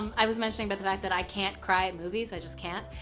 i was mentioning but the fact that i can't cry at movies, i just can't,